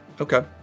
Okay